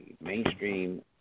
mainstream